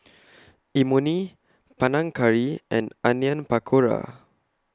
Imoni Panang Curry and Onion Pakora